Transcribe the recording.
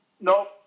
No